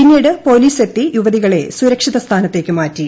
പിന്നീട് പോലീസെത്തി യുവതികളെ സുരക്ഷിത സ്ഥാനത്തേക്ക് മാറ്റി